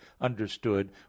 understood